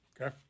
Okay